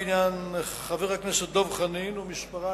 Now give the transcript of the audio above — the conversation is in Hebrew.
בעניין הצעת חבר הכנסת דב חנין שמספרה